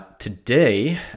today